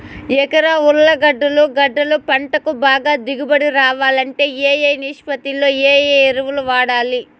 ఎకరా ఉర్లగడ్డలు గడ్డలు పంటకు బాగా దిగుబడి రావాలంటే ఏ ఏ నిష్పత్తిలో ఏ ఎరువులు వాడాలి?